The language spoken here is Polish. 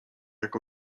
jak